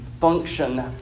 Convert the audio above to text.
function